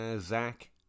Zach